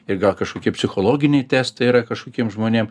ir gal kažkokie psichologiniai testai yra kažkokiem žmonėm